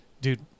dude